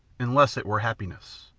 unless it were happiness